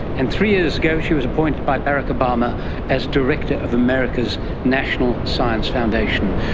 and three years ago she was appointed by barack obama as director of america's national science foundation,